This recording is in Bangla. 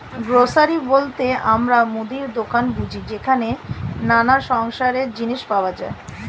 গ্রোসারি স্টোর বলতে আমরা মুদির দোকান বুঝি যেখানে নানা সংসারের জিনিস পাওয়া যায়